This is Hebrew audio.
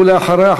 ואחריה,